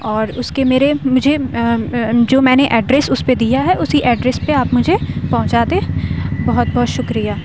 اور اُس كے میرے مجھے جو میں نے ایڈریس اُس پہ دیا ہے اُسی ایڈریس پہ آپ مجھے پہنچا دیں بہت بہت شُكریہ